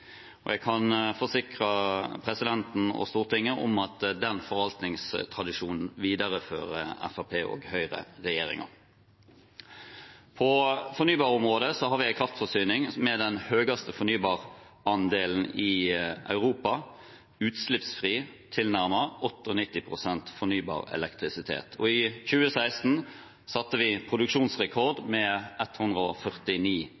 og jeg kan forsikre Stortinget om at den forvaltningstradisjonen viderefører Høyre–Fremskrittsparti-regjeringen. På fornybarområdet har vi en kraftforsyning som har den høyeste fornybarandelen i Europa – tilnærmet utslippsfri, 98 pst. fornybar elektrisitet. I 2016 satte vi produksjonsrekord